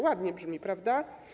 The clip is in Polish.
Ładnie brzmi, prawda?